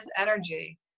energy